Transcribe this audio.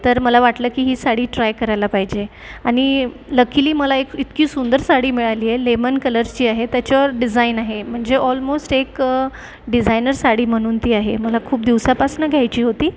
तर मला वाटलं की ही साडी ट्राय करायला पाहिजे आणि लकीली मला एक इतकी सुंदर साडी मिळाली आहे लेमन कलरची आहे त्याच्यावर डिझाईन आहे म्हणजे ऑलमोस्ट एक डिझाइनर साडी म्हणून ती आहे मला खूप दिवसापासून घ्यायची होती